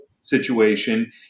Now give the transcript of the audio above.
situation